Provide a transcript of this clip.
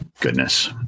Goodness